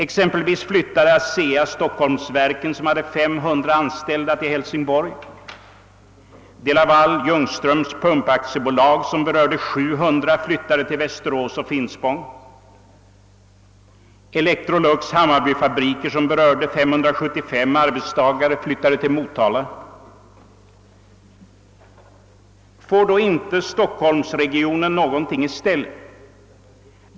Exempelvis flyttade ASEA Stockholmsverken, som hade 500 anställda, till Hälsingborg, de Laval Ljungström Pump AB flyttade till Västerås och Finspång, vilket berörde 700, Electrolux” Hammarbyfabriker, som hade 575 arbetstagare, flyttade till Motala. Men får då inte stockholmsregionen någonting i stället?